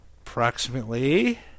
approximately